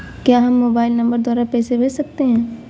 क्या हम mobile number द्वारा पैसे भेज सकते हैं?